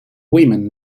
women